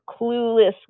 clueless